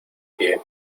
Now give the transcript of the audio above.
pie